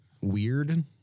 weird